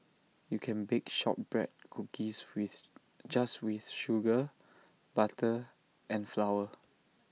you can bake Shortbread Cookies with just with sugar butter and flour